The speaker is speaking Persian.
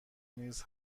نیز